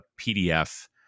PDF